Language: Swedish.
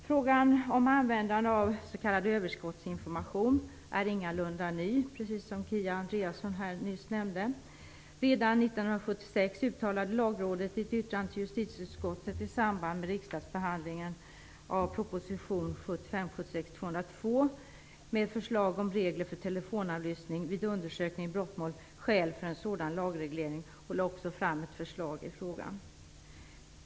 Frågan om användande av s.k. överskottsinformation är ingalunda ny, precis som Kia Andreasson nyss nämnde. Redan 1976 uttalade Lagrådet i ett yttrande till justitieutskottet i samband med riksdagsbehandlingen av proposition 1975/76:202 med förslag om regler för telefonavlyssning vid undersökning i brottmål skäl för en sådan lagreglering och lade också fram ett förslag i frågan.